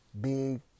Big